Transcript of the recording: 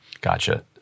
Gotcha